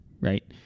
right